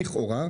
לכאורה,